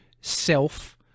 self